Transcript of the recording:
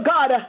God